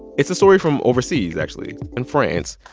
it's a story from overseas, actually, in france.